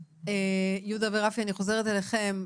יהודה ורפי, אני חוזרת אליכם.